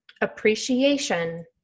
appreciation